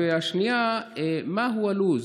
והשנייה, מה הלו"ז?